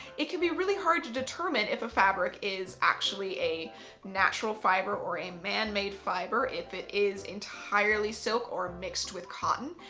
it can be really hard to determine if a fabric is actually a natural fibre or a man-made fibre, if it is entirely silk or mixed with cotton.